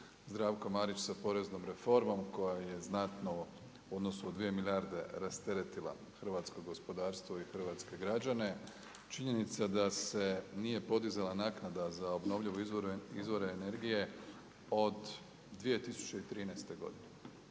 Zdravko Marić sa poreznom reformom koja je znatno u odnosu na 2 milijarde rasteretila hrvatsko gospodarstvo i hrvatske građane, činjenica da se nije podizala naknada za obnovljive izvore energije od 2013. godine.